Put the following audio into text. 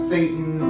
Satan